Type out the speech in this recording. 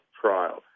trial